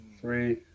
three